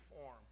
form